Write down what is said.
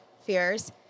fears